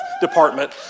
department